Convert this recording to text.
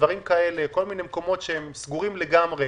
כל מיני מקומות שהם סגורים לגמרי